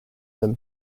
them